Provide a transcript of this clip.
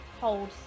hold